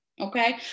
Okay